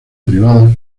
privada